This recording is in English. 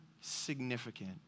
significant